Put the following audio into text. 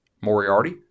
Moriarty